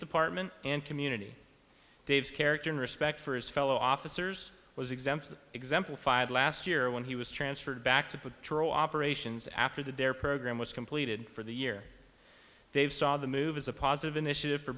department and community dave's character and respect for his fellow officers was exempt exemplified last year when he was transferred back to patrol operations after the dare program was completed for the year dave saw the move as a positive initiative for